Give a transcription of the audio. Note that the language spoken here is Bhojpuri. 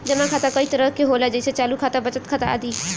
जमा खाता कई तरह के होला जेइसे चालु खाता, बचत खाता आदि